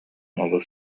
олус